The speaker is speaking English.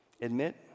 Admit